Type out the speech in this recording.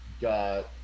got